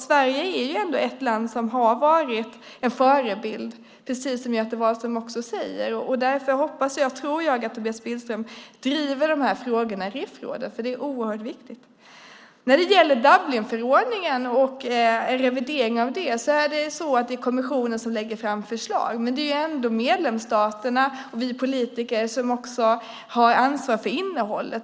Sverige är ändå ett land som har varit en förebild, precis som Göte Wahlström säger. Därför hoppas och tror jag att Tobias Billström driver frågorna i RIF-rådet. Det är oerhört viktigt. När det gäller Dublinförordningen och en revidering av den är det kommissionen som lägger fram förslag. Men det är medlemsstaterna och vi politiker som har ansvar för innehållet.